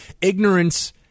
Ignorance